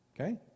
Okay